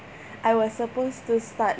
I was supposed to start